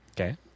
Okay